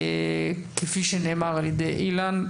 כפי שנאמר על ידי אילן,